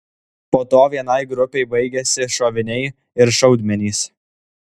po to vienai grupei baigėsi šoviniai ir šaudmenys